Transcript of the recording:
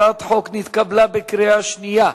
הצעת החוק נתקבלה בקריאה שנייה.